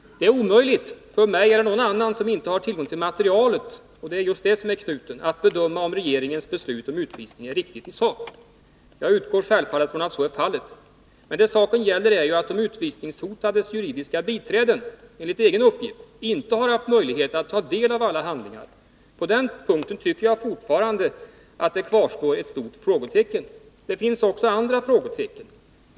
Det är omöjligt för mig eller någon annan som inte har tillgång till materialet — det är just det som är knuten — att bedöma om regeringens beslut om utvisning är riktigt i sak. Jag utgår självfallet från att så är fallet. Det saken gäller är att de utvisningshotades juridiska biträden, enligt egen uppgift, inte har haft möjlighet att ta del av alla handlingar. På den punkten tycker jag fortfarande det kvarstår ett stort frågetecken. Det finns också andra frågetecken.